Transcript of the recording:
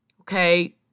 okay